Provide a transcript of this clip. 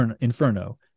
inferno